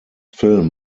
film